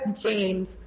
James